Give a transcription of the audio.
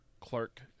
Clark